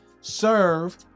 serve